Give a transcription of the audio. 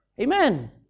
Amen